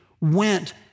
went